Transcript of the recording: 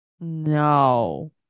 No